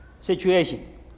situation